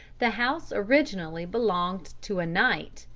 the house originally belonged to a knight,